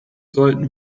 sollten